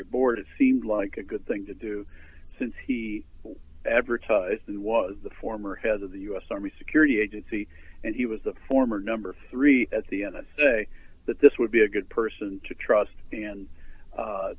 your board it seemed like a good thing to do since he advertised and was the former head of the u s army security agency and he was the former number three at the n s a that this would be a good person to trust and